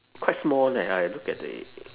quite small leh I look at the